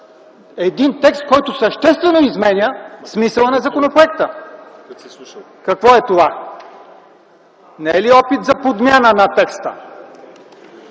един текст, който съществено изменя смисъла на законопроекта. Какво е това? Не е ли опит за подмяна на текста.